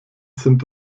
sind